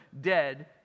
dead